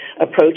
approach